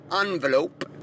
envelope